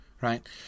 right